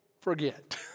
forget